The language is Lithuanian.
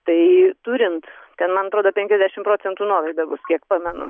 tai turint ten man atrodo penkiasdešim procentų nuolaida bus kiek pamenu